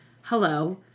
hello